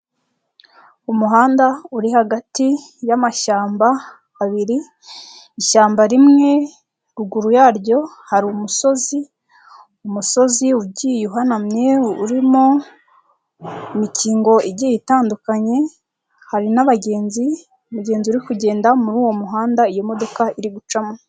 Umuhanda uri hagati y'amashyamba abiri, ishyamba rimwe ruguru yaryo hari umusozi, umusozi ugiye uhanamye imikingo igiye itandukanye, hari n'abagenzi, umugenzi uri kugenda muri uwo muhanda iyi modoka iri gucamo.